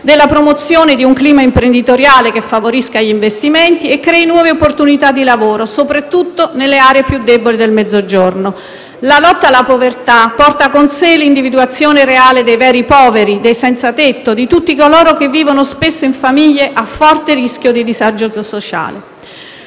della promozione di un clima imprenditoriale che favorisca gli investimenti e crei nuove opportunità di lavoro, soprattutto nelle aree più deboli del Mezzogiorno. La lotta alla povertà porta con sé l'individuazione reale dei veri poveri, dei senzatetto, di tutti coloro che vivono spesso in famiglie a forte rischio di disagio sociale.